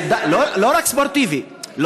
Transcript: לא רק ספורטיבי,